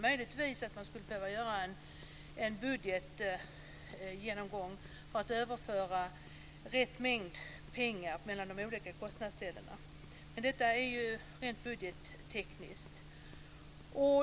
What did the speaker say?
Möjligtvis skulle en budgetgenomgång behöva göras för att överföra rätt mängd pengar mellan de olika kostnadsställena, men det är en rent budgetteknisk sak.